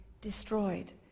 destroyed